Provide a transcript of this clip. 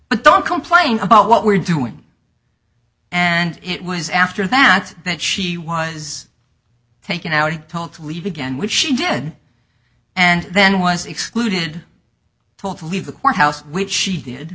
but don't complain about what we're doing and it was after that that she was taken out and told to leave again which she did and then was excluded told to leave the courthouse which she did